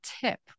tip